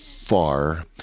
far